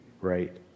right